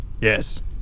Yes